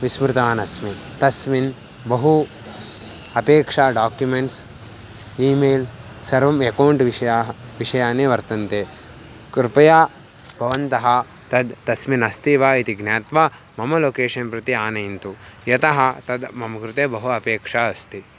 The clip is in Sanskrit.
विस्मृतवान् अस्मि तस्मिन् बहु अपेक्षा डाक्युमेण्ट्स् ई मेल् सर्वम् एकौण्ट् विषयाः विषयाः वर्तन्ते कृपया भवन्तः तद् तस्मिन् अस्ति वा इति ज्ञात्वा मम लोकेशन् प्रति आनयन्तु यतः तद् मम कृते बहु अपेक्षा अस्ति